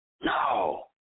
No